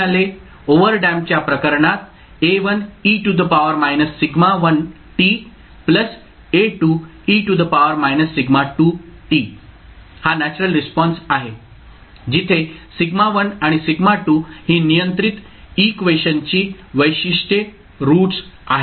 ओव्हरडॅम्प्डच्या प्रकरणात A1e σ1t A2e σ2t हा natural response आहे जिथे σ1 आणि σ2 ही नियंत्रित इक्वेशनची वैशिष्ट्ये रूट्स आहेत